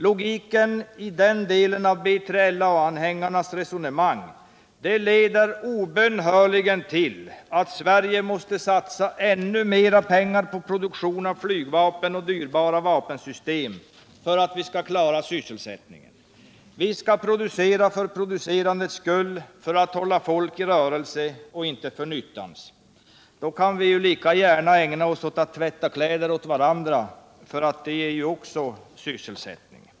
Logiken i den delen av BJLA-anhingarnas resonemang leder obönhörligen till att Sverige måste satsa ännu mer pengar på produktion av flygplan och dyrbara vapensystem för att klara sysselsättningen. Vi skall producera för producerandets skull, för att hålla folk i rörelse och inte för nyttans. Då kan vi ju lika gärna ägna oss åt att tvätta kläder åt varandra för det ger ju också sysselsättning.